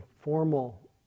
formal